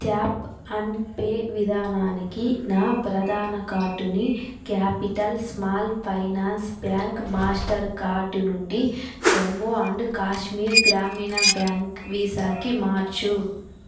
tap and pay విధానానికి నా ప్రధాన కార్డుని capital small finance bank master card నుండి జమ్ము అండ్ కాశ్మీర్ గ్రామీణ బ్యాంక్ వీసాకి మార్చు